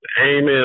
Amen